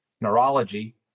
neurology